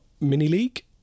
mini-league